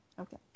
Okay